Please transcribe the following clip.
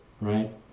right